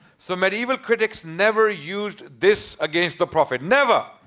so medieval critics never used this against the prophet. never!